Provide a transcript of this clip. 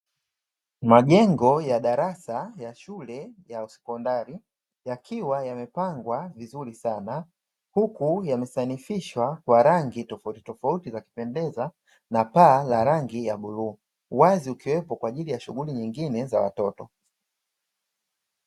Majengo ya darasa ya shule ya sekondari yakiwa yamepangwa vizuri sana huku yamesanifishwa kwa rangi tofauti tofauti za kupendeza na paa la rangi ya bluu, uwazi ukiwepo kwa ajili ya shughuli nyingine za watoto.